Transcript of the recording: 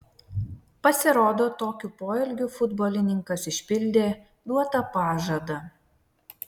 pasirodo tokiu poelgiu futbolininkas išpildė duotą pažadą